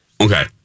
Okay